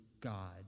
God